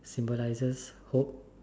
symbol lies hope